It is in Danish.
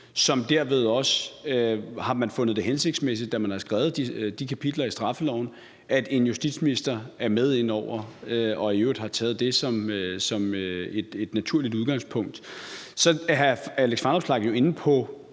der gør, at man har fundet det hensigtsmæssigt, da man skrev de kapitler i straffeloven, at en justitsminister er med inde over det, og at man i øvrigt har taget det som et naturligt udgangspunkt. Så er hr. Alex Vanopslagh inde på